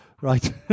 right